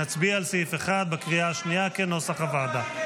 נצביע על סעיף 1 בקריאה השנייה כנוסח הוועדה.